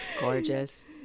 gorgeous